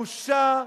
בושה.